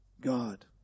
God